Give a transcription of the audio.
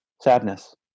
sadness